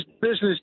business